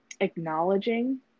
acknowledging